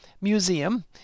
museum